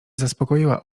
zaspokoiła